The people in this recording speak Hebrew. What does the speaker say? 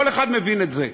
כל אחד מבין את זה.